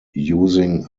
using